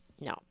No